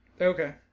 okay